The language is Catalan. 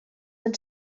han